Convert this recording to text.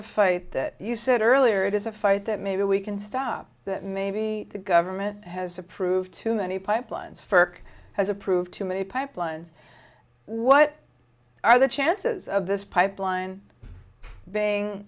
a fight that you said earlier it is a fight that maybe we can stop maybe the government has approved too many pipelines firk has approved too many pipelines what are the chances of this pipeline b